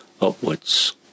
upwards